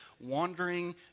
wandering